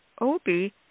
Obi